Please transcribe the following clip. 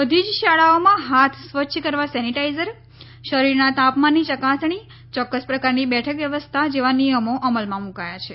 બધી જ શાળાઓમાં હાથ સ્વચ્છ કરવા સેનીટાઈઝર શરીરના તાપમાનની ચકાસણી ચોક્ક્સ પ્રકારની બેઠક વ્યવસ્થા જેવા નિયમો અમલમાં મૂકાયા છે